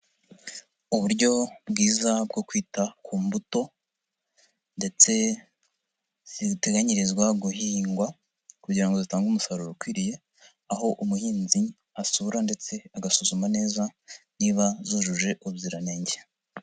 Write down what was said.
Uburyo bwiza bwo kwita ku mbuto ndetse ziteganyirizwa guhingwa kugira ngo zitange umusaruro ukwiriye, aho umuhinzi asura ndetse agasuzuma neza niba zujuje ubuziranenge.